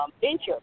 venture